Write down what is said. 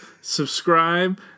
subscribe